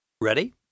Ready